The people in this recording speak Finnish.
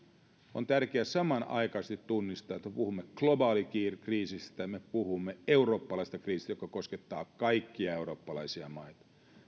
on tärkeää samanaikaisesti tunnistaa että puhumme globaalikriisistä ja me puhumme eurooppalaisesta kriisistä joka koskettaa kaikkia eurooppalaisia maita